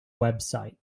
website